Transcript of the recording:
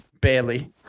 barely